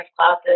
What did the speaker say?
classes